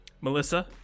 Melissa